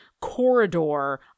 corridor